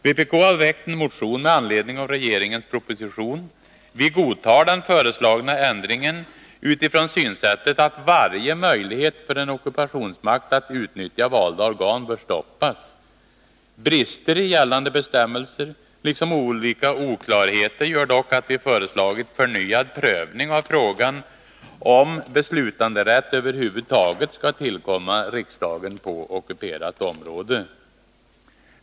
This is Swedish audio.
Vpk har väckt en motion med anledning av regeringens proposition. Vi godtar den föreslagna ändringen utifrån synsättet att varje möjlighet för en ockupationsmakt att utnyttja valda organ bör stoppas. Brister i gällande bestämmelser, liksom olika oklarheter, gör dock att vi föreslagit förnyad prövning av frågan om beslutanderätt över huvud taget skall tillkomma riksdagen på ockuperat område.